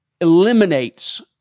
eliminates